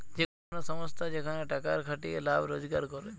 যে কোন সংস্থা যেখানে টাকার খাটিয়ে লাভ রোজগার করে